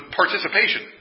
participation